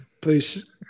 Please